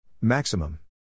Maximum